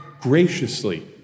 graciously